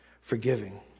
Forgiving